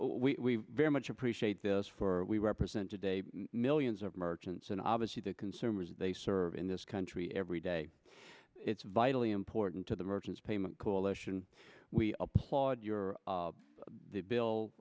sir we very much appreciate this for we represent today millions of merchants and obviously the consumers they serve in this country every day it's vitally important to the merchant's payment coalition we applaud your